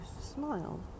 smiled